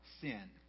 sin